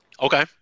Okay